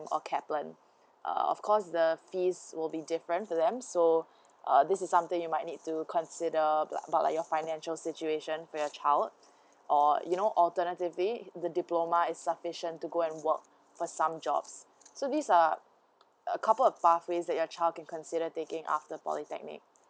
or caplane uh of course the fees will be different for them so uh this is something you might need to consider about your financial situation for your child or you know alternatively the diploma is sufficient to go and work for some jobs so these are a couple of pathway that your child can consider taking after polytechnic